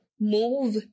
move